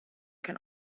can